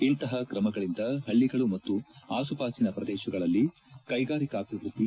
ಇಂತಹ ಕ್ರಮಗಳಿಂದ ಹಳ್ಳಗಳು ಮತ್ತು ಆಸುಪಾಸಿನ ಪ್ರದೇಶಗಳಲ್ಲಿ ಕೈಗಾರಿಕಾಭಿವೃದ್ದಿ